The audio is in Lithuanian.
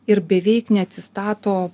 ir beveik neatsistato